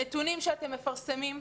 הנתונים שאתם מפרסמים,